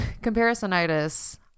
comparisonitis